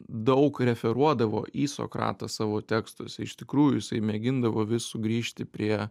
daug referuodavo į sokratą savo tekstuose iš tikrųjų jisai mėgindavo vis sugrįžti prie